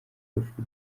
rupfu